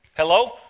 Hello